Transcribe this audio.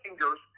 fingers